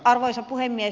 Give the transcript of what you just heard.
arvoisa puhemies